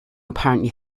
apparently